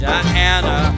Diana